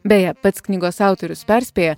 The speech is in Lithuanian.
beje pats knygos autorius perspėja